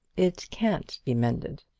it can't be mended.